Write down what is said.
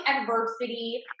adversity